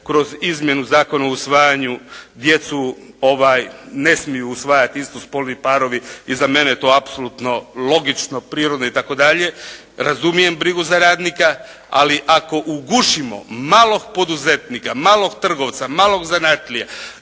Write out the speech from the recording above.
kroz izmjenu Zakona o usvajanju djecu ne smiju usvajati istospolni parovi i za mene je to apsolutno logično, prirodno itd., razumijem brigu za radnika, ali ako ugušimo malog poduzetnika, malog trgovca, malog zanatliju,